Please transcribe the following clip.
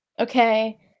Okay